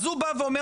אז הוא בא ואמר,